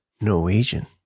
Norwegian